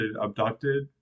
abducted